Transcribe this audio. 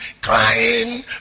crying